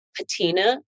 patina